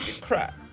Crap